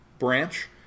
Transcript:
Branch